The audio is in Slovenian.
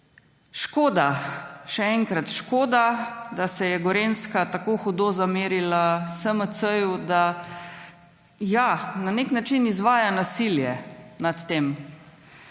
Škoda. Še enkrat, škoda, da se je Gorenjska tako hudo zamerila SMC, da, ja, na nek način izvaja nasilje nad tem.